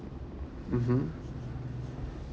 mmhmm